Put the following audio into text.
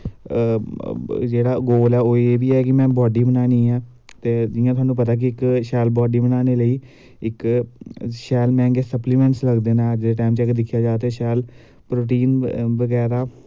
जेह्ड़ा गोल ऐ ओह् एह् ऐ बा है कि मैं बॉड्डी बनानी ऐ ते जियां थुहानू पता कि इक शैल बॉड्डी बनाने लेई इक शैल मैंह्गे सपलीमैंटस लगदे न जिस टैम च अगर दिक्खेआ जा ते शैल प्रोटीन बगैरा